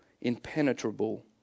impenetrable